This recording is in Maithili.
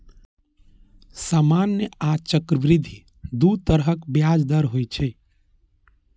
सामान्य आ चक्रवृद्धि दू तरहक ब्याज दर होइ छै